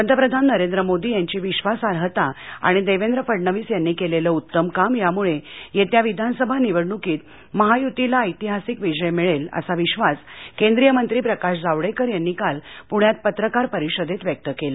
पंतप्रधान नरेंद्र मोदी यांची विश्वासार्हता आणि देवेंद्र फडणवीस यांनी केलेलं उत्तम काम यामुळे येत्या विधानसभा निवडणुकीत महायुतीला ऐतिहासिक विजय मिळेल असा विश्वास केंद्रीय मंत्री प्रकाश जावडेकर यांनी काल प्ण्यात पत्रकार परिषदेत व्यक्त केला